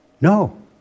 No